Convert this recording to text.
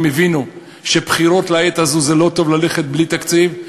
הבינו שלא טוב לעת הזו ללכת לבחירות בלי תקציב,